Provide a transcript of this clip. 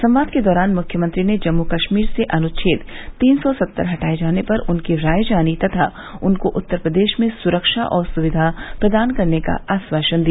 संवाद के दौरान मुख्यमंत्री ने जम्मू कश्मीर से अनुच्छेद तीन सौ सत्तर हटाये जाने पर उनकी राय जानी तथा उनको उत्तर प्रदेश में सुरक्षा और सुविधा प्रदान करने का आश्वासन दिया